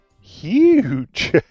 huge